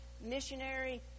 missionary